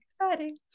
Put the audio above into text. exciting